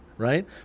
right